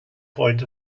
point